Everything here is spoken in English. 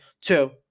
Two